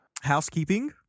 housekeeping